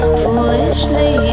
foolishly